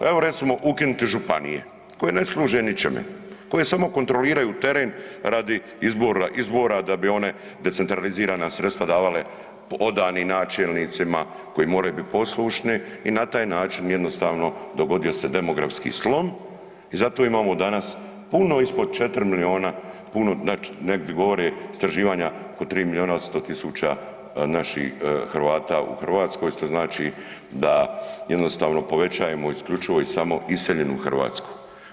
Evo, recimo ukinuti županije koje ne služe ničemu, koje samo kontroliraju teren radi izbora da bi one decentralizirana sredstva davala odanim načelnicima koji moraju bit poslušni i na taj način jednostavno dogodio se demografski slom i zato imamo danas puno ispod 4 milijuna, puno, znači negdje govore istraživanja oko 3 milijuna 800 tisuća naših Hrvata u Hrvatskoj, što znači da jednostavno povećajemo isključivo i samo iseljenu Hrvatsku.